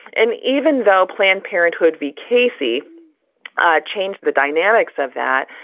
and even though planned parenthood v. casey ah changed the dynamics of that.